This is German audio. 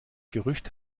gerücht